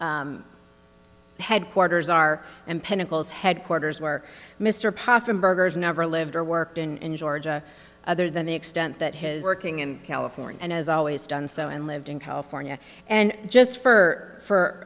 capstone headquarters are and pinnacles headquarters where mr possum burgers never lived or worked in georgia other than the extent that his working in california and has always done so and lived in california and just fur for